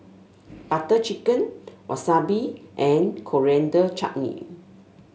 Butter Chicken Wasabi and Coriander Chutney